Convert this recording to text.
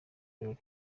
birori